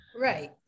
Right